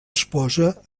esposa